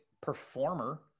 performer